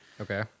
Okay